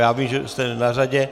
Já vím, že jste na řadě.